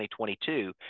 2022